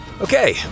Okay